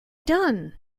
done